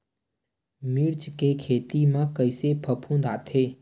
मिर्च के खेती म कइसे फफूंद आथे?